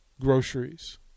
groceries